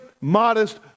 modest